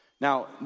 Now